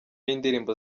y’indirimbo